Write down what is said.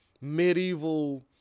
medieval